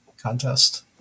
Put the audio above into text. contest